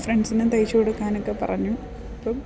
ഫ്രണ്ട്സിനും തയ്ച്ച് കൊടുക്കാനൊക്കെ പറഞ്ഞു അപ്പം